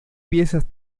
piezas